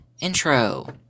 intro